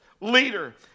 leader